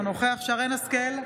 דני דנון שרן מרים השכל,